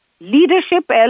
leadership